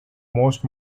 most